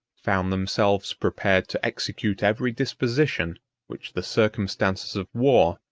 found themselves prepared to execute every disposition which the circumstances of war,